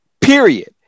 period